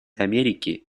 америки